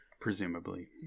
presumably